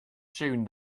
june